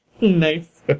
Nice